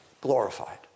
glorified